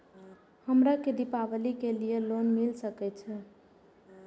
हमरा के दीपावली के लीऐ लोन मिल सके छे?